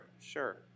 sure